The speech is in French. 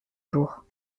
jours